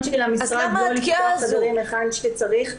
של המשרד לא לפתוח את החדרים היכן שצריך.